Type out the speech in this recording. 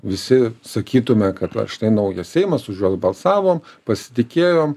visi sakytume kad va štai naujas seimas už juos balsavo pasitikėjom